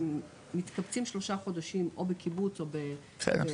הם מתקבצים שלושה חודשים או בקיבוץ או --- בסדר,